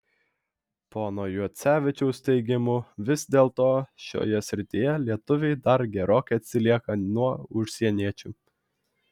pono juocevičiaus teigimu vis dėlto šioje srityje lietuviai dar gerokai atsilieka nuo užsieniečių